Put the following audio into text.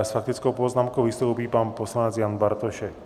S faktickou poznámkou vystoupí pan poslanec Jan Bartošek.